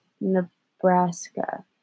Nebraska